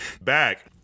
back